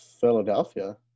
Philadelphia